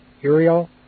Uriel